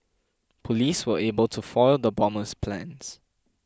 police were able to foil the bomber's plans